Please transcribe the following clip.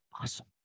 Awesome